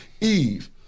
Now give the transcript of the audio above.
Eve